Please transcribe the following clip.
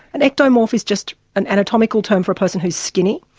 an ectomorph is just an anatomical term for a person who is skinny.